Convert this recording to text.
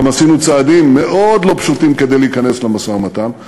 גם עשינו צעדים מאוד לא פשוטים כדי להיכנס למשא-ומתן,